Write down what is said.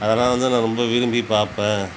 அதலாம் வந்து நான் ரொம்ப விரும்பி பாப்பேன்